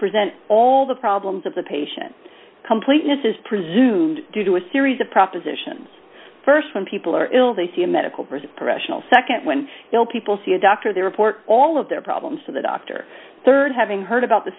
present all the problems of the patient completeness is presumed due to a series of propositions st when people are ill they see a medical professional nd when people see a doctor they report all of their problems to the doctor rd having heard about the